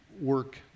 work